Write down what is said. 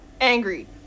angry